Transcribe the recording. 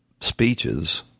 speeches